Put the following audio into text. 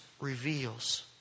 reveals